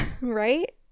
right